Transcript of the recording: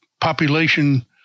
population